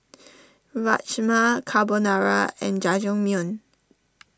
Rajma Carbonara and Jajangmyeon